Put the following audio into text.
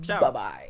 Bye-bye